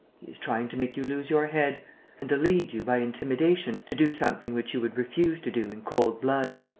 he is trying to make you lose your head and to lead you, by intimidation, to do something which you would refuse to do in cold blood.